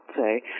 say